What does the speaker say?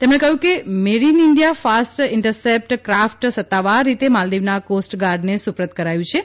તેમણે કહ્યું કે made in India fast interceptor craft સત્તાવાર રીતે માલદિવના કોસ્ટગાર્ડને સુપ્રત કરાયું છે